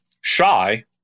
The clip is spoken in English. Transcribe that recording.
shy